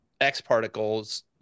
X-Particles